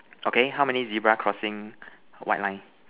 okay how many zebra crossing white line